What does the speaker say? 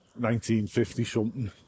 1950-something